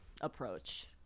approach